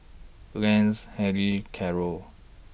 Lance Helene Carlo